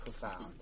profound